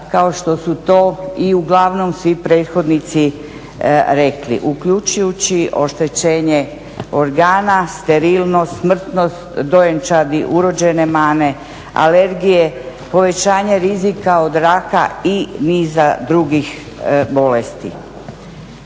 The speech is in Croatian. kao što su to i uglavnom svi prethodnici rekli uključujući oštećenje organa, sterilnost, smrtnost dojenčadi, urođene mane, alergije, povećanje rizika od raka i niza drugih bolesti.